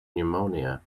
pneumonia